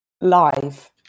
live